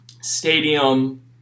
stadium